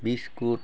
biscuit